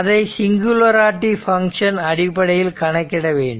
அதை singularity function அடிப்படையில் கணக்கிட வேண்டும்